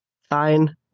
fine